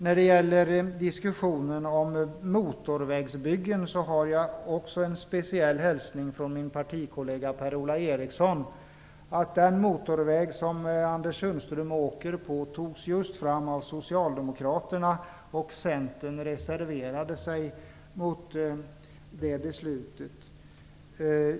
När det gäller diskussionen om motorvägsbyggen har jag också en speciell hälsning från min partikollega Per-Ola Ericsson: Den motorväg som Socialdemokraterna. Centern reserverade sig mot det beslutet.